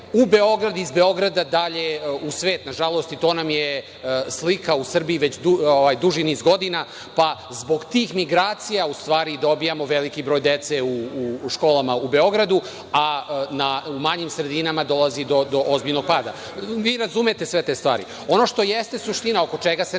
u Beograd, iz Beograda dalje u svet, i to nam je slika u Srbiji već duži niz godina, pa zbog tih migracija u stvari dobijamo veliki broj dece u školama u Beogradu, a u manjim sredinama dolazi do ozbiljnog pada. Vi razumete sve te stvari. Ono što jeste suština oko čega se ne slažemo,